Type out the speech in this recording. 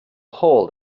hold